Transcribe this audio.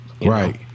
Right